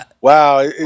wow